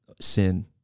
sin